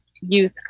Youth